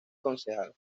concejal